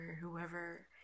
Whoever